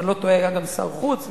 אם אני לא טועה היה גם שר חוץ,